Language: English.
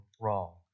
wrong